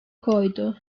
koydu